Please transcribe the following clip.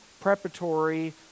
preparatory